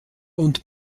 und